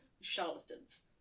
charlatans